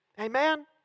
Amen